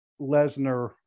Lesnar